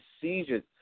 seizures